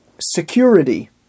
security